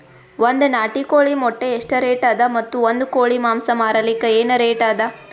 ಒಂದ್ ನಾಟಿ ಕೋಳಿ ಮೊಟ್ಟೆ ಎಷ್ಟ ರೇಟ್ ಅದ ಮತ್ತು ಒಂದ್ ಕೋಳಿ ಮಾಂಸ ಮಾರಲಿಕ ಏನ ರೇಟ್ ಅದ?